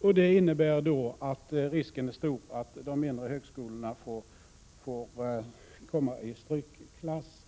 och det innebär att risken är stor att de mindre högskolorna får komma i strykklass.